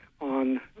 on